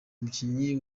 umukinnyi